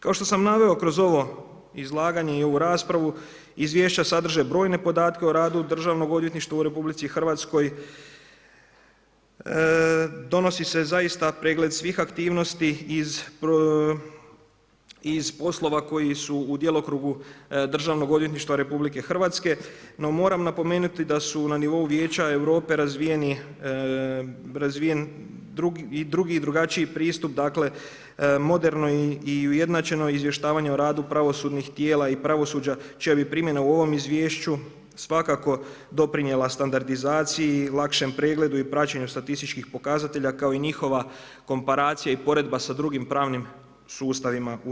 Kao što sam naveo kroz ovo izlaganje i ovu raspravu, izvješća sadrže brojne podatke o radu Državnog odvjetništva u RH, donosi se zaista pregled svih aktivnosti iz poslova koji su u djelokrugu Državnog odvjetništva RH no moram napomenuti da su na nivou Vijeća Europe razvijen drugi i drugačiji pristup, dakle, moderno i ujednačeno izvještavanje o radu pravosudnih tijela i pravosuda čija bi primjena u ovom izvješću svakako doprinijela standardizaciji i lakšem pregledu i praćenju statističkih pokazatelja, kao i njihova komparacija i poredba s drugim pravnim sustavima u EU.